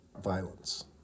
violence